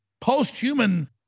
post-human